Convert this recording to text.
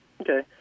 Okay